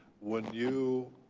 when you,